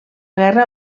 guerra